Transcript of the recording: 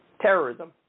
Terrorism